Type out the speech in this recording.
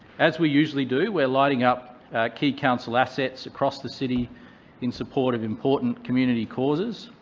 as we usually do, we're lighting up key council assets across the city in support of important community causes.